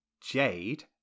Jade